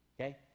Okay